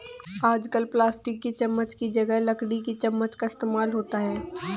आजकल प्लास्टिक की चमच्च की जगह पर लकड़ी की चमच्च का इस्तेमाल होता है